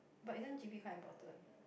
but isn't G_P quite important